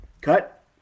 cut